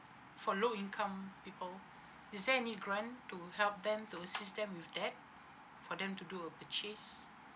for low income people is there any grant to help them to with that for them to do a purchase